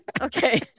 okay